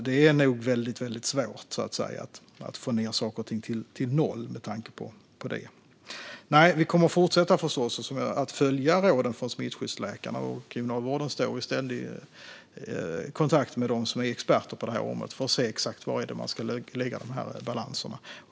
Det är nog väldigt svårt att få ned smittspridningen till noll med tanke på detta. Vi kommer förstås att fortsätta följa råden från smittskyddsläkarna. Kriminalvården står i ständig kontakt med dem som är experter på det här området för att veta exakt var man ska lägga de här balanserna.